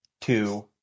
two